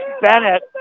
Bennett